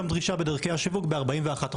גם דרישה בדרכי השיווק ב-41%.